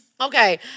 Okay